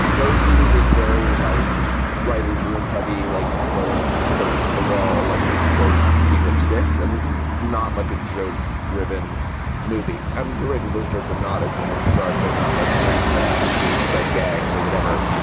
those movies are very like writers room heavy, like throwing jokes at the wall, like until seeing what sticks. and this is not like a joke driven movie. i mean, you're right that those jokes are not as kind of sharp. they're not like great like simpson sight gags or whatever.